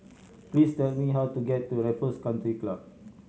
please tell me how to get to Raffles Country Club